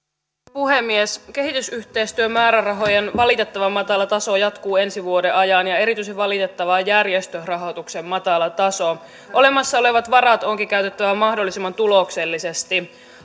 puhemies kehitysyhteistyömäärärahojen valitettavan matala taso jatkuu ensi vuoden ajan ja erityisen valitettavaa on järjestörahoituksen matala taso olemassa olevat varat onkin käytettävä mahdollisimman tuloksellisesti